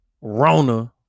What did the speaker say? Rona